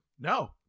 No